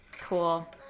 cool